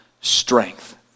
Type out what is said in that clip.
strength